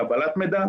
קבלת מידע.